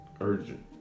urgent